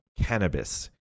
cannabis